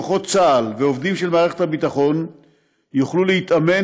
כוחות צה"ל ועובדים של מערכת הביטחון יוכלו להתאמן